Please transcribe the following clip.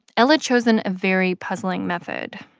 l had chosen a very puzzling method.